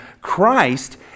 Christ